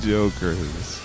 Jokers